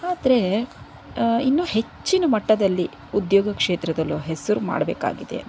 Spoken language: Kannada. ಆದರೆ ಇನ್ನೂ ಹೆಚ್ಚಿನ ಮಟ್ಟದಲ್ಲಿ ಉದ್ಯೋಗ ಕ್ಷೇತ್ರದಲ್ಲೂ ಹೆಸರು ಮಾಡ್ಬೇಕಾಗಿದೆ